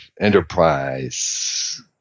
enterprise